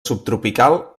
subtropical